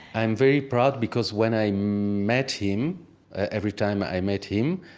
i'm very proud, because when i met him every time i met him, ah,